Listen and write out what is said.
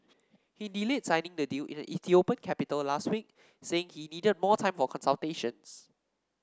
he delayed signing the deal in the Ethiopian capital last week saying he needed more time for consultations